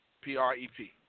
P-R-E-P